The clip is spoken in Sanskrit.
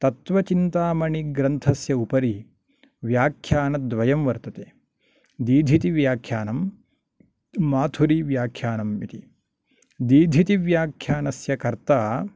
तत्त्वचिन्तामणिग्रन्थस्य उपरि व्याख्यानद्वयं वर्तते दीधीतिव्याख्यानं माथुरिव्याख्यानम् इति दीधीति व्याख्यानस्य कर्ता